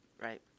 Right